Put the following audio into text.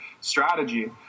strategy